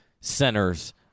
centers